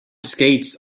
skates